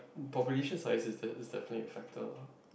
population size is the is the main factor